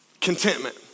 Contentment